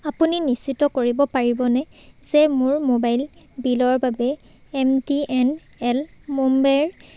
আপুনি নিশ্চিত কৰিব পাৰিবনে যে মোৰ মোবাইল বিলৰ বাবে এম টি এন এল মুম্বাইৰ